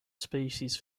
species